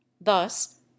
thus